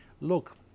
look